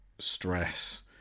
stress